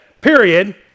period